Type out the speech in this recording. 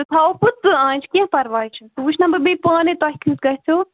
سُہ تھاوَو پٕنٛژٕ آنچہِ کیٚنٛہہ پرواے چھُنہٕ سُہ وٕچھ نَہ بہٕ بیٚیہِ پانَے تۄہہِ کیُتھ گژھیو